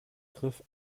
griff